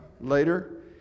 later